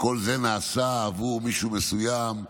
שכל זה נעשה עבור מישהו מסוים,